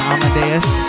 Amadeus